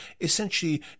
essentially